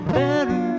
better